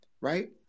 right